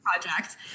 project